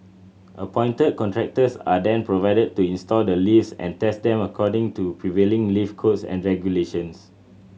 appointed contractors are then provided to install the lifts and test them according to prevailing lift codes and regulations